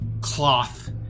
cloth